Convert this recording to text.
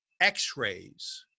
X-rays